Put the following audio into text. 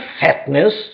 fatness